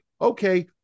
okay